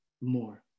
more